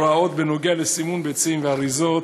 הוראות בנוגע לסימון ביצים ואריזות